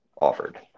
offered